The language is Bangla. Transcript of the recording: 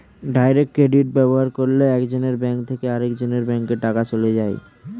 ডাইরেক্ট ক্রেডিট ব্যবহার করলে একজনের ব্যাঙ্ক থেকে আরেকজনের ব্যাঙ্কে টাকা চলে যায়